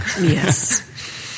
Yes